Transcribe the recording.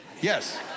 Yes